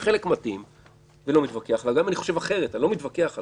גם אם הוא חבר כנסת הוא לא יכול להצביע בוועדה